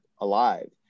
alive